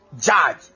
judge